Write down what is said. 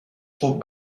خوب